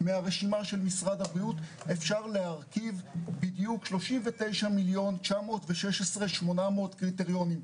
מהרשימה של משרד הבריאות אפשר להרכיב בדיוק 39,916,800 קריטריונים.